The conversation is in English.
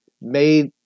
made –